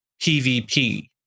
PvP